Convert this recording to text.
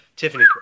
Tiffany